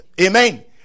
Amen